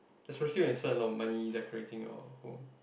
especially when you save a lot money decorating your home